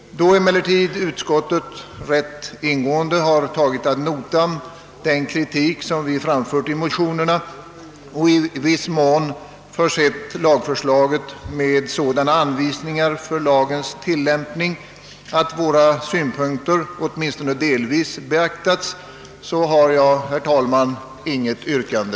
Då emellertid utskottet i rätt stor utsträckning tagit ad notam den kritik vi framfört i motionerna och i viss mån försett lagförslaget med sådana anvisningar för lagens tillämpning att våra synpunkter åtminstone delvis beaktats, så har jag inget yrkande.